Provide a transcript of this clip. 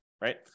right